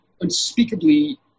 unspeakably